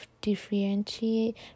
differentiate